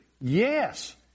Yes